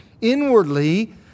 Inwardly